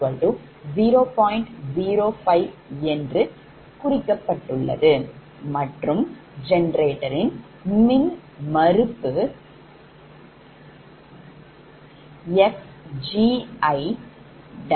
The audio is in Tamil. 05 என்று குறிக்கப்பட்டுள்ளது மற்றும் ஜெனரேட்டர் மின்மறுப்பு xgi'0